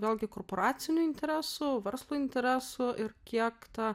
vėlgi korporacinių interesų verslo interesų ir kiek ta